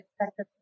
expected